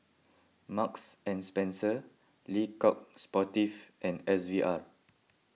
Marks and Spencer Le Coq Sportif and S V R